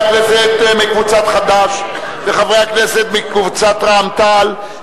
הכנסת מקבוצת חד"ש וחברי הכנסת מקבוצת רע"ם-תע"ל,